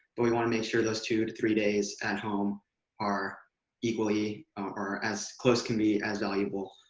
but we want to make sure those two to three days at home are equally, or as close can be, as valuable